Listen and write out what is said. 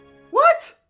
what!